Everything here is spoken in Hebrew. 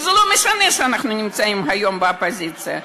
וזה לא משנה שאנחנו נמצאים היום באופוזיציה.